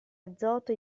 azoto